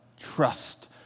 trust